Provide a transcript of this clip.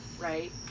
right